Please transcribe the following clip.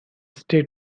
state